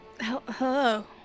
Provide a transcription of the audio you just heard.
hello